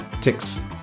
Ticks